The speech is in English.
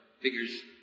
figures